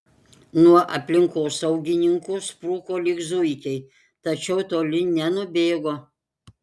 nuo aplinkosaugininkų spruko lyg zuikiai tačiau toli nenubėgo